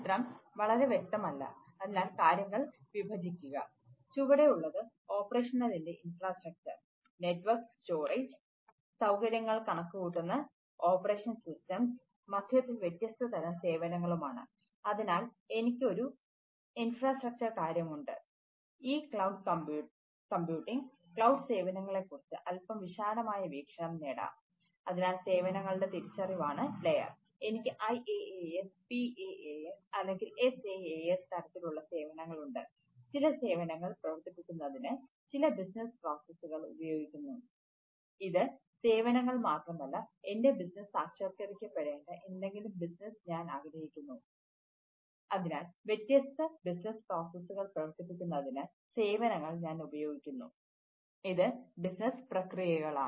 ചിത്രം വളരെ വ്യക്തമല്ല അതിനാൽ കാര്യങ്ങൾ വിഭജിക്കുക ചുവടെയുള്ളത് ഓപ്പറേഷണലിൻറെ പ്രക്രിയകളാണ്